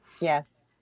yes